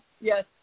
Yes